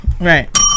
Right